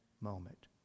moment